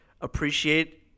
appreciate